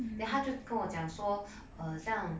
then 他就跟我讲说 err 像